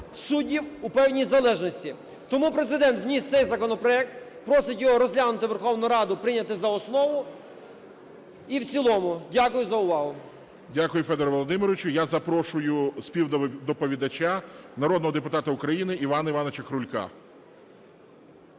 суддів у певній залежності. Тому Президент вніс цей законопроект і просить його розглянути Верховною Радою і прийняти за основу і в цілому. Дякую за увагу. ГОЛОВУЮЧИЙ. Дякую, Федоре Володимировичу. Я запрошую співдоповідача народного депутата України Івана Івановича Крулька.